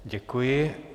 Děkuji.